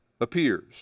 appears